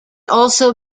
also